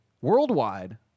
Worldwide